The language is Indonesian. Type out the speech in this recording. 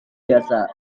biasa